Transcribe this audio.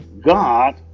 God